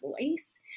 voice